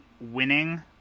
winning